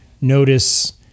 notice